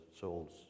souls